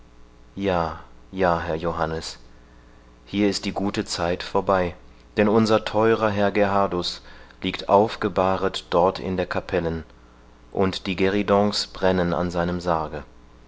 ja ja herr johannes hier ist die gute zeit vorbei denn unser theurer herr gerhardus liegt aufgebahret dort in der kapellen und die gueridons brennen an seinem sarge